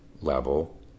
level